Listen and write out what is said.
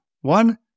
One